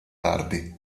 tardi